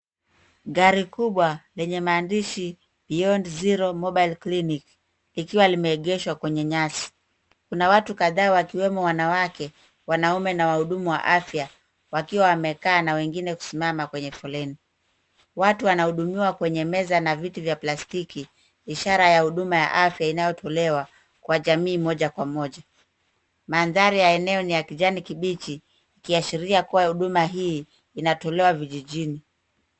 Gari kubwa lenye maandishi Beyond Zero Mobile Clinic likiwa limeegeshwa kwenye nyasi. Kuna watu kadhaa wakiwemo wanawake, wanaume, na wahudumu wa afya wakiwa wamekaa na wengine kusimama kwenye foleni. Watu wanahudumiwa kwenye meza na viti vya plastiki, ishara ya huduma ya afya inayotolewa kwa jamii moja kwa moja. Mandahari ya maeneo ni ya kijani kibichi ikiashiria kuwa huduma hii inatolewa vijijini.